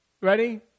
Ready